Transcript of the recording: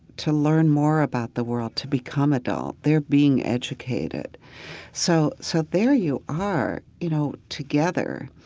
to learn more about the world, to become adult. they're being educated so so there you are, you know, together.